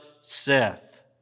Seth